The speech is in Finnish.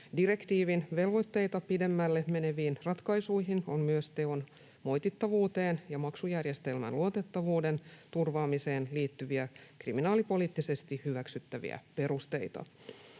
Direktiivin velvoitteita pidemmälle meneviin ratkaisuihin on myös teon moitittavuuteen ja maksujärjestelmän luotettavuuden turvaamiseen liittyviä kriminaalipoliittisesti hyväksyttäviä perusteita.